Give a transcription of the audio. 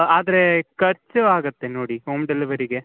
ಆದರೆ ಖರ್ಚು ಆಗುತ್ತೆ ನೋಡಿ ಹೋಮ್ ಡೆಲಿವರಿಗೆ